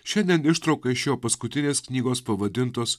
šiandien ištrauka iš jo paskutinės knygos pavadintos